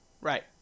Right